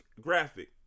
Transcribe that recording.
graphic